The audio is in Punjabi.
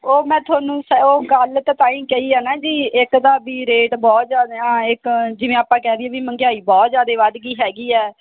ਉਹ ਮੈਂ ਤੁਹਾਨੂੰ ਉਹ ਗੱਲ ਤਾਂ ਤਾਂ ਹੀ ਕਹੀ ਆ ਨਾ ਜੀ ਇੱਕ ਤਾਂ ਵੀ ਰੇਟ ਬਹੁਤ ਜ਼ਿਆਦਾ ਇੱਕ ਜਿਵੇਂ ਆਪਾਂ ਕਹਿ ਦਈਏ ਵੀ ਮਹਿੰਗਾਈ ਬਹੁਤ ਜ਼ਿਆਦਾ ਵੱਧ ਗਈ ਹੈਗੀ ਹੈ